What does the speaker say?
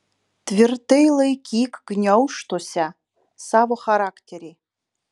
tvirtai laikyk gniaužtuose savo charakterį